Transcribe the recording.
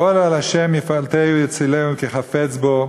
גֹל אל ה' יפלטהו יצילהו כי חפץ בו",